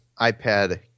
iPad